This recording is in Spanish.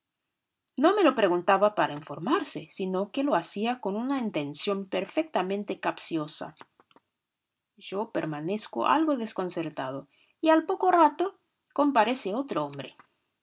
no me lo preguntaba para informarse sino que lo hacía con una intención perfectamente capciosa yo permanezco algo desconcertado y al poco rato comparece otro hombre